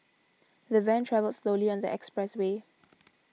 the van travelled slowly on the expressway